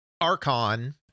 Archon